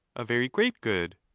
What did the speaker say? a very great good.